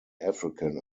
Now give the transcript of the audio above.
african